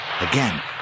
Again